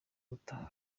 gutaha